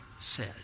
says